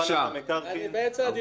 בבקשה.